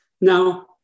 Now